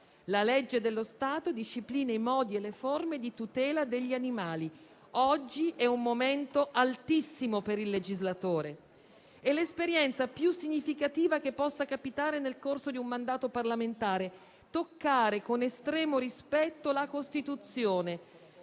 La legge dello Stato disciplina i modi e le forme di tutela degli animali». Oggi è un momento altissimo per il legislatore, è l'esperienza più significativa che possa capitare nel corso di un mandato parlamentare: toccare con estremo rispetto la Costituzione,